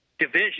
division